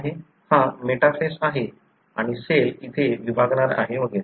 हा मेटाफेस आहे आणि सेल इथे विभागणार आहे वगैरे